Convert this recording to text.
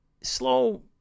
slow